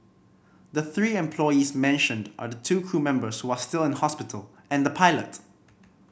the three employees mentioned are the two crew members who are still in hospital and the pilot